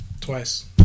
Twice